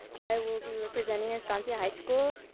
i will be representing estancia high school.